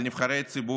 על נבחרי הציבור,